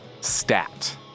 Stat